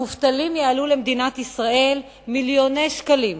המובטלים יעלו למדינת ישראל מיליוני שקלים.